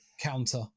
counter